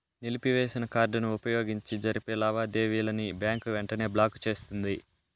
నిలిపివేసిన కార్డుని వుపయోగించి జరిపే లావాదేవీలని బ్యాంకు వెంటనే బ్లాకు చేస్తుంది